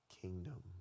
kingdom